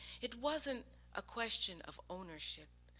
it wasn't a question of ownership,